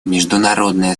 международное